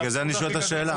בגלל זה אני שואל את השאלה.